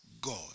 God